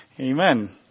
Amen